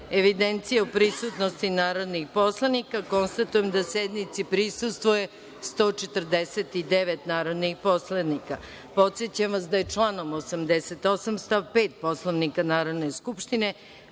evidencije o prisutnosti narodnih poslanika, konstatujem da sednici prisustvuje 149 narodnih poslanika. Podsećam vas da je članom 88. stav 5. Poslovnika Narodne skupštine